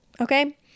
okay